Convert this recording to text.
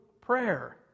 prayer